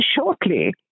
shortly